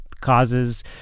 causes